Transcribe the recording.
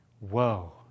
Whoa